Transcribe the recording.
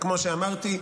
כמו שאמרתי,